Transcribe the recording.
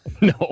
No